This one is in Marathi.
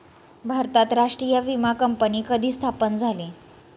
भारतात राष्ट्रीय विमा कंपनी कधी स्थापन झाली?